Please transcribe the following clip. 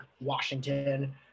Washington